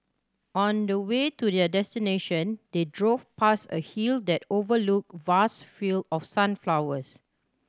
on the way to their destination they drove past a hill that overlooked vast field of sunflowers